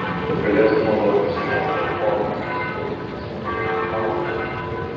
kad galėtum naudotis šia platforma susikurk asmeninį akauntą